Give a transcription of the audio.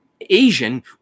Asian